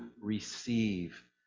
receive